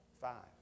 Five